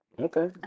Okay